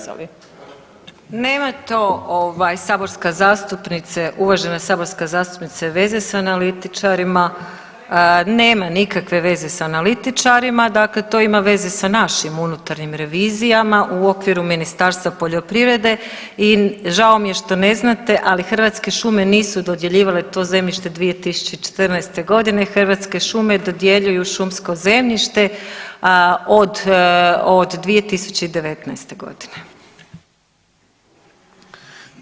Nema to ovaj, saborska zastupnice, uvažena saborska zastupnice veze s analitičarima, nema nikakve veze s analitičarima, dakle to ima veze sa našim unutarnjim revizijama u okviru Ministarstva poljoprivrede i žao mi je što ne znate, ali Hrvatske šume nisu dodjeljivale to zemljište 2014. g., Hrvatske šume dodjeljuju šumsko zemljište od 2019. g.